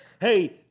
hey